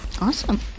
awesome